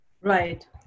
right